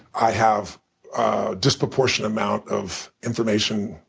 i have a disproportionate amount of information,